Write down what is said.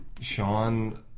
sean